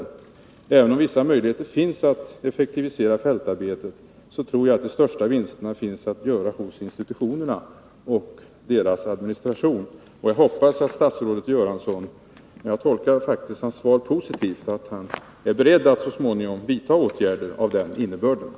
Även om det finns vissa möjligheter att effektivisera fältarbetet, tror jag att de största vinsterna finns att göra hos institutionerna och deras administration. Jag hoppas att statsrådet Göransson — jag tolkar faktiskt hans svar positivt — är beredd att så småningom vidta åtgärder av den innebörden.